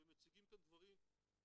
והם מציגים כאן תמונה,